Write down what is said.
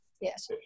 Yes